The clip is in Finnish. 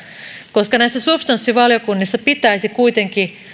koska näissä subs tanssivaliokunnissa pitäisi kuitenkin